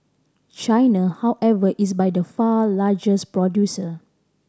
China however is by the far largest producer